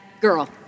Girl